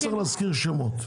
לא צריך להזכיר שמות.